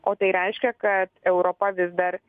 o tai reiškia kad europa vis dar